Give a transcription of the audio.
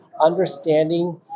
understanding